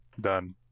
Done